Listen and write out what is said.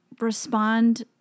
respond